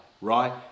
right